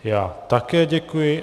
Já také děkuji.